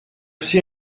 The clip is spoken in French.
ces